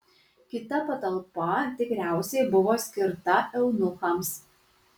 kita patalpa tikriausiai buvo skirta eunuchams